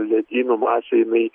ledynų masė jinai